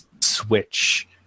switch